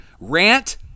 Rant